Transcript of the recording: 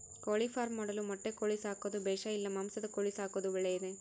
ಕೋಳಿಫಾರ್ಮ್ ಮಾಡಲು ಮೊಟ್ಟೆ ಕೋಳಿ ಸಾಕೋದು ಬೇಷಾ ಇಲ್ಲ ಮಾಂಸದ ಕೋಳಿ ಸಾಕೋದು ಒಳ್ಳೆಯದೇ?